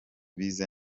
bize